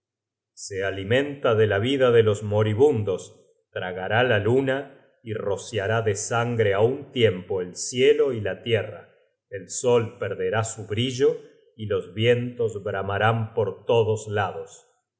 se alimenta de la vida de los moribundos tragará la luna y rociará de sangre á un tiempo el cielo y la tierra el sol perderá su brillo y los vientos bramarán por todos lados